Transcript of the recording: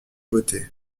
beauté